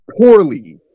poorly